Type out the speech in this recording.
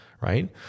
right